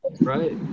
Right